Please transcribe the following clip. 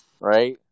right